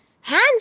hands